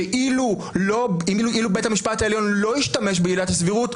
שאילו בית המשפט העליון לא השתמש בעילת הסבירות,